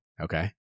Okay